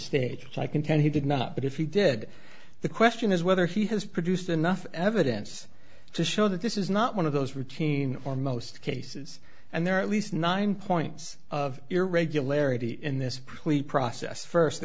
stage which i contend he did not but if he did the question is whether he has produced enough evidence to show that this is not one of those routine or most cases and there are at least nine points of irregularity in this plea process first the